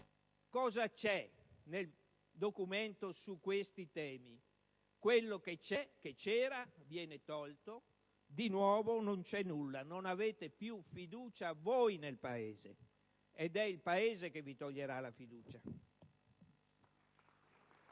Cosa c'è nel documento su questi temi? Quello che c'era viene tolto, e di nuovo non c'è nulla. Non avete più fiducia, voi, nel Paese. Ed è il Paese che vi toglierà la fiducia.